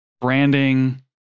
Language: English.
branding